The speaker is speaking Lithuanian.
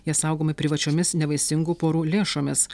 jie saugomi privačiomis nevaisingų porų lėšomis